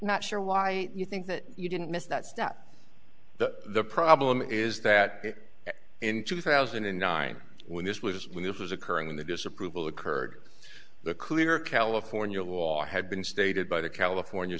not sure why you think that you didn't miss that step the problem is that in two thousand and nine when this was when this was occurring in the disapproval occurred the clear california war had been stated by the california